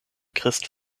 christ